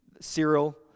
Cyril